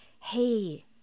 hey